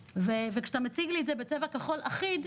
וכשאתה מציג לי את זה בצבע כחול אחיד,